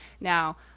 Now